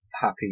Happy